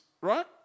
Right